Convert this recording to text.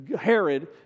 Herod